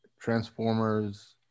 transformers